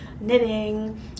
knitting